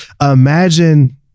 imagine